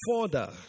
further